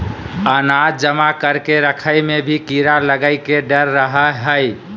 अनाज जमा करके रखय मे भी कीड़ा लगय के डर रहय हय